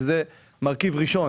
שזה המרכיב הראשון